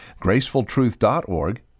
gracefultruth.org